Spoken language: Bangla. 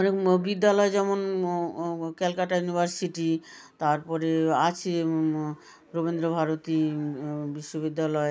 অনেক বিদ্যালয় যেমন ক্যালকাটা ইউনিভার্সিটি তারপরে আছে রবীন্দ্রভারতী বিশ্ববিদ্যালয়